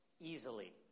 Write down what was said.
easily